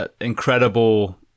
incredible